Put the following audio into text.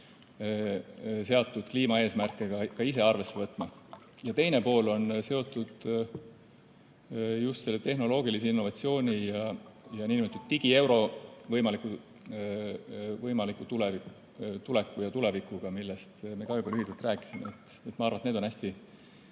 seatud kliimaeesmärke ka ise arvesse võtma. Teine pool on seotud just selle tehnoloogilise innovatsiooni ja nn digieuro võimaliku tuleku ja tulevikuga, millest ma ka juba lühidalt rääkisin. Ma arvan, et need on hästi